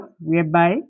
whereby